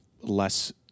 less